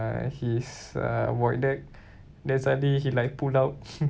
uh his uh void deck then suddenly he like pull out